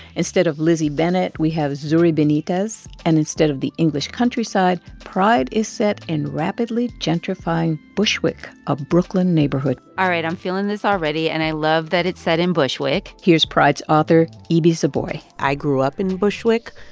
instead of lizzy bennet, we have zuri benitez. and instead of the english countryside, pride is set in rapidly gentrifying bushwick, a brooklyn neighborhood all right. i'm feeling this already, and i love that it's set in bushwick here's pride's author, ibi zoboi i grew up in bushwick.